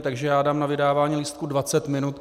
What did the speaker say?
Takže dám na vydávání lístků 20 minut.